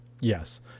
Yes